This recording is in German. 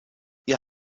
ihr